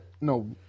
No